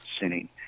sinning